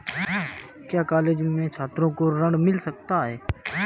क्या कॉलेज के छात्रो को ऋण मिल सकता है?